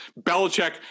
Belichick